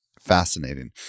Fascinating